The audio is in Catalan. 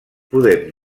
podem